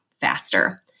faster